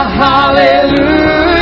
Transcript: hallelujah